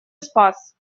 спас